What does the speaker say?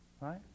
Right